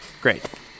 Great